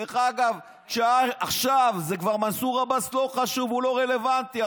עכשיו כבר מנסור עבאס לא חשוב, הוא לא רלוונטי.